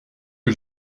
que